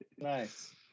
nice